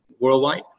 worldwide